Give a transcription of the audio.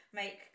make